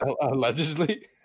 allegedly